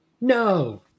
No